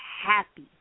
happy